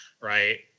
right